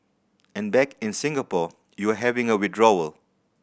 and back in Singapore you're having a withdrawal